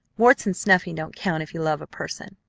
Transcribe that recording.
warts and snuffing don't count if you love a person.